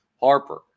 Harper